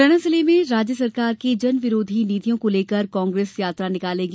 मुरैना जिले में राज्य सरकार की जनविरोधी नीतियों को लेकर कांग्रेस यात्रा निकालेगी